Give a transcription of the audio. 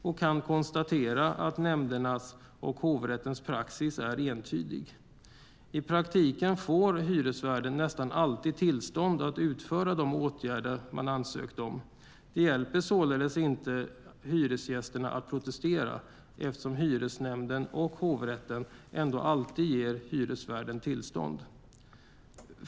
Jag kan konstatera att nämndernas och hovrättens praxis är entydig: I praktiken får hyresvärden nästan alltid tillstånd att utföra de åtgärder man ansökt om. Det hjälper således inte hyresgästerna att protestera, eftersom hyresnämnden och hovrätten ändå alltid ger hyresvärden tillstånd.